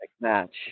match